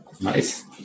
Nice